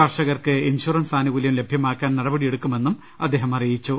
കർഷകർക്ക് insurance ആനു് കൂല്യം ലഭ്യ മാക്കാൻ നടപടിയെടുക്കുമെന്നും അദ്ദേഹം അറിയിച്ചു